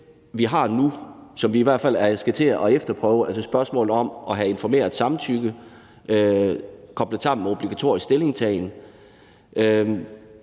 vi har nu, og som vi i hvert fald skal til at efterprøve, altså spørgsmålet om at have informeret samtykke koblet sammen med obligatorisk stillingtagen,